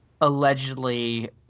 allegedly